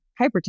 hypertension